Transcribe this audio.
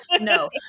No